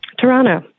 Toronto